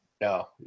No